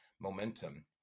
momentum